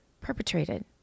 perpetrated